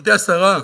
גברתי השרה,